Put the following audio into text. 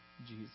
Jesus